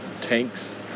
tanks